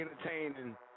entertaining